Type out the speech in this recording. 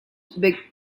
big